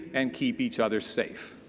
and keep each other safe.